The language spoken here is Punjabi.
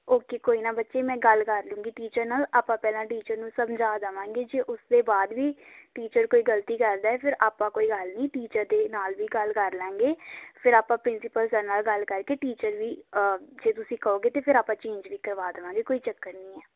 ਓਕੇ ਕੋਈ ਨਾ ਬੱਚੇ ਮੈਂ ਗੱਲ ਕਰ ਲੂੰਗੀ ਟੀਚਰ ਨਾਲ ਆਪਾਂ ਪਹਿਲਾਂ ਟੀਚਰ ਨੂੰ ਸਮਝਾ ਜਾਵਾਂਗੇ ਜੇ ਉਸਦੇ ਬਾਅਦ ਵੀ ਟੀਚਰ ਕੋਈ ਗਲਤੀ ਕਰਦਾ ਏ ਫਿਰ ਆਪਾਂ ਕੋਈ ਗੱਲ ਨਹੀਂ ਟੀਚਰ ਦੇ ਨਾਲ ਵੀ ਗੱਲ ਕਰ ਲਾਂਗੇ ਫਿਰ ਆਪਾਂ ਪ੍ਰਿੰਸੀਪਲ ਸਰ ਨਾਲ ਗੱਲ ਕਰਕੇ ਟੀਚਰ ਵੀ ਜੇ ਤੁਸੀਂ ਕਹੋਗੇ ਤਾਂ ਫਿਰ ਆਪਾਂ ਚੇਂਜ ਵੀ ਕਰਵਾ ਦੇਵਾਂਗੇ ਕੋਈ ਚੱਕਰ ਨਹੀਂ ਆ